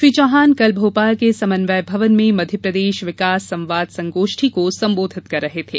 श्री चौहान कल भोपाल के समन्वय भवन में मप्र विकास संवाद संगोष्ठी को संबोधित कर रहे थे